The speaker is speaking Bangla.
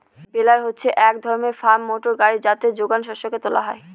বেলার হচ্ছে এক ধরনের ফার্ম মোটর গাড়ি যাতে যোগান শস্যকে তোলা হয়